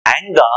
anger